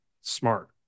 Smart